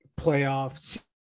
playoffs